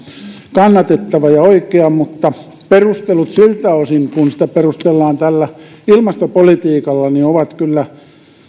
kannatettava ja oikea mutta perustelut siltä osin kuin sitä perustellaan tällä ilmastopolitiikalla ovat kyllä